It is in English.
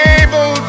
able